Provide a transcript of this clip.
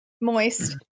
moist